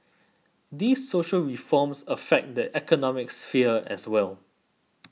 these social reforms affect the economic sphere as well